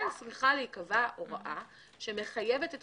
כן צריכה להיקבע הוראה שמחייבת את